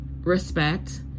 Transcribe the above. respect